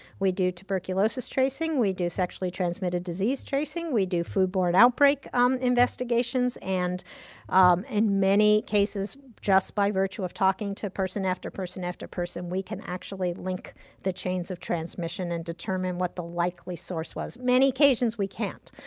we do tuberculosis tracing. we do sexually transmitted disease tracing. we do foodborne outbreak investigations. in and and many cases, just by virtue of talking to person after person, after person, we can actually link the chains of transmission and determine what the likely source was, many occasions we can't.